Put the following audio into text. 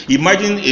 imagine